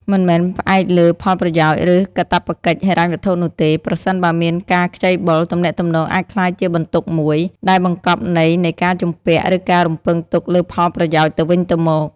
មិនមែនផ្អែកលើផលប្រយោជន៍ ឬកាតព្វកិច្ចហិរញ្ញវត្ថុនោះទេ ប្រសិនបើមានការខ្ចីបុល ទំនាក់ទំនងអាចក្លាយជាបន្ទុកមួយ ដែលបង្កប់ន័យនៃការជំពាក់ ឬការរំពឹងទុកលើផលប្រយោជន៍ទៅវិញទៅមក។